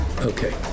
Okay